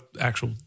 actual